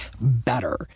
better